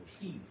peace